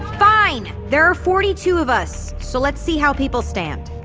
fine. there are forty-two of us so let's see how people stand.